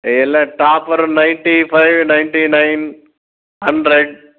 ಎಲ್ಲ topper ninety five ninety nine hundred